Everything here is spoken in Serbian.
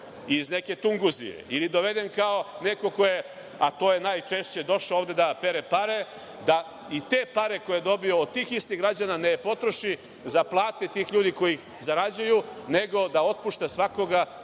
iz neke Tunguzije, ili doveden kao neko ko je, a to je najčešće došao ovde da pere pare, da i te pare koje je dobio od tih istih građana, ne potroši za plate tih ljudi koji zarađuju, nego da otpušta svakoga